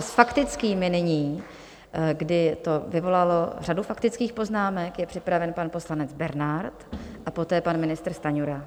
S faktickými nyní, kdy to vyvolalo řadu faktických poznámek, je připraven pan poslanec Bernard a poté pan ministr Stanjura.